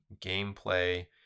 gameplay